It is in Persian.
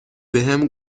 بهم